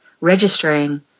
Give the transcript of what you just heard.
registering